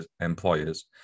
employers